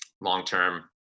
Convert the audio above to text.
long-term